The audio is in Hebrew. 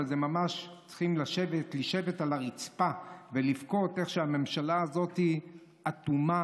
אבל ממש צריך לשבת על הרצפה ולבכות איך שהממשלה הזאת אטומה